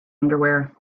underwear